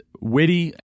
witty